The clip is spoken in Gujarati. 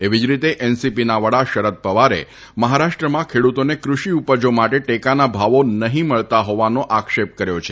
એવી જ રીતે એનસીપીના વડા શરદ પવારે મહારાષ્ટ્રમાં ખેડુતોને કૃષી ઉપજો માટે ટેકાના ભાવો નવી મળતાં હોવાનો આક્ષેપ કર્યો છે